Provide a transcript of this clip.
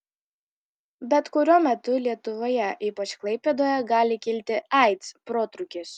bet kuriuo metu lietuvoje ypač klaipėdoje gali kilti aids protrūkis